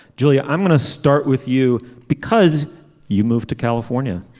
julia i'm going to start with you because you moved to california